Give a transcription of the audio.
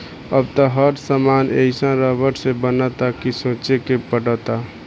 अब त हर सामान एइसन रबड़ से बनता कि सोचे के पड़ता